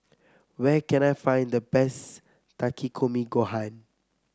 where can I find the best Takikomi Gohan